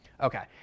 Okay